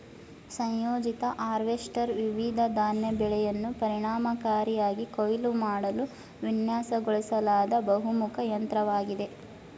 ಸಂಯೋಜಿತ ಹಾರ್ವೆಸ್ಟರ್ ವಿವಿಧ ಧಾನ್ಯ ಬೆಳೆಯನ್ನು ಪರಿಣಾಮಕಾರಿಯಾಗಿ ಕೊಯ್ಲು ಮಾಡಲು ವಿನ್ಯಾಸಗೊಳಿಸಲಾದ ಬಹುಮುಖ ಯಂತ್ರವಾಗಿದೆ